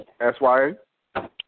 S-Y-A